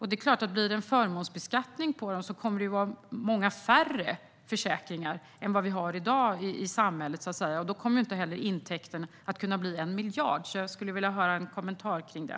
Det är klart att blir det förmånsbeskattning på dem kommer det att bli betydligt färre försäkringar än vi har i samhället i dag, och då kommer inte intäkterna att bli 1 miljard. Jag skulle vilja höra en kommentar till det.